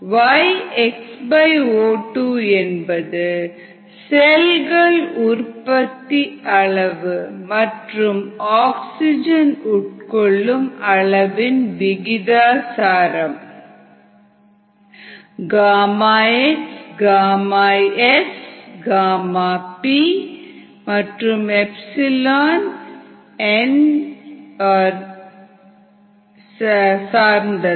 Yxo2 என்பது செல்கள் உற்பத்தி அளவு மற்றும் ஆக்ஸிஜன் உட்கொள்ளும் அளவின் விகிதாசாரம் x Γs p ε η ζ சார்ந்தது